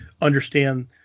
understand